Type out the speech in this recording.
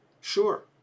sure